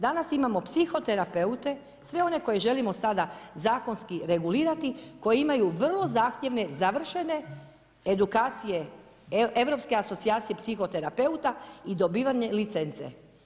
Danas imamo psihoterapeute sve one koje želimo sada zakonski regulirati koji imaju vrlo zahtjevne završene edukacije Europske asocijacije psihoterapeuta i dobivanje licence.